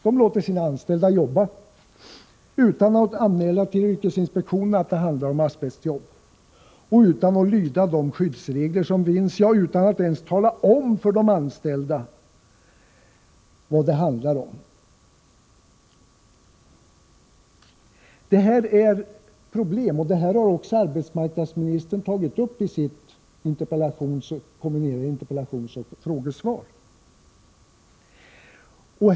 De låter sina anställda jobba utan att anmäla till yrkesinspektionen att det handlar om asbestjobb, utan att lyda skyddsreglerna och utan att ens tala om för de anställda vad det är fråga om. Det här är ett problem, och arbetsmarknadsministern har tagit upp det i interpellationsoch frågesvaret.